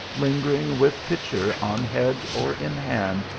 lingering with pitcher on head or in hand,